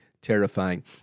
terrifying